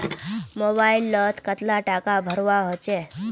Mobile लोत कतला टाका भरवा होचे?